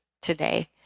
today